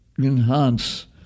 enhance